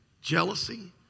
jealousy